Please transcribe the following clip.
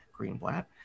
Greenblatt